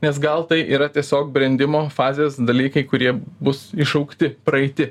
nes gal tai yra tiesiog brendimo fazės dalykai kurie bus išaugti praeiti